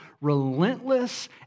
relentless